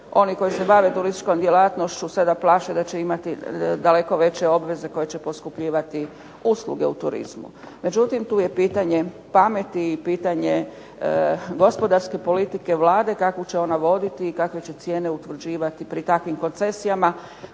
oni koji se bave turističkom djelatnošću sada plaše da će imati daleko veće obveze koje će poskupljivati usluge u turizmu. Međutim, tu je pitanje pameti i pitanje gospodarske politike Vlade kakvu će ona voditi i kakve će cijene utvrđivati pri takvim koncesijama.